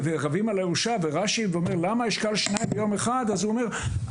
ורבים על הירושה --- אומר "למה אשכל שניים ביום אחד?" אז הוא אומר,